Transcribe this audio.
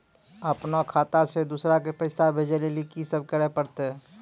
अपनो खाता से दूसरा के पैसा भेजै लेली की सब करे परतै?